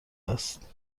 است